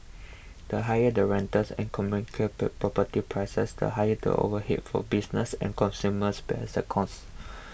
the higher the rentals and property prices the higher the overheads for businesses and consumers bear the costs